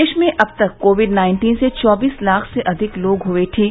देश में अब तक कोविड नाइन्टीन से चौबीस लाख से अधिक लोग हुए ठीक